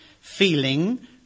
feeling